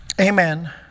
Amen